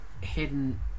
hidden